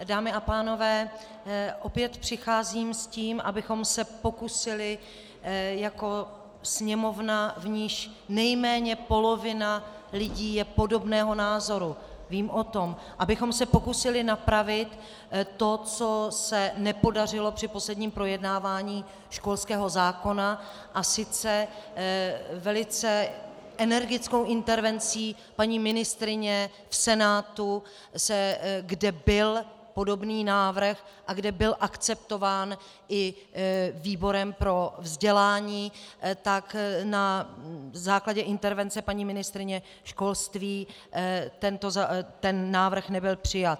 Dámy a pánové, opět přicházím s tím, abychom se pokusili jako Sněmovna, v níž nejméně polovina lidí je podobného názoru, vím o tom, abychom se pokusili napravit to, co se nepodařilo při posledním projednávání školského zákona, a sice velice energickou intervencí paní ministryně v Senátu, kde byl podobný návrh a kde byl akceptován i výborem pro vzdělání, tak na základě intervence paní ministryně školství ten návrh nebyl přijat.